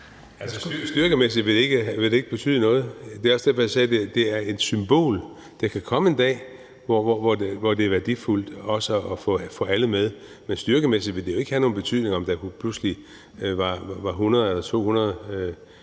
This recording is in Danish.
styrkemæssigt ville det ikke betyde noget. Det er jo også derfor, jeg sagde, at det er et symbol. Der kan komme en dag, hvor det er værdifuldt også at få alle med. Men styrkemæssigt ville det jo ikke have nogen betydning, om der pludselig er 100 eller 200